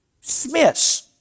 smiths